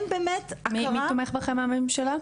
באמת, הכרה --- מי תומך בכם מהממשלה?